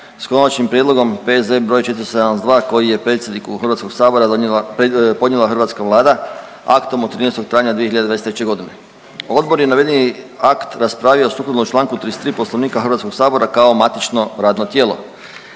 s Konačnim prijedlogom P.Z. br. 472. koji je predsjedniku HS donijela, podnijela hrvatska Vlada aktom od 13. travnja 2023.g.. Odbor je navedeni akt raspravio sukladno čl. 33. Poslovnika HS kao matično radno tijelo.